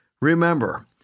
Remember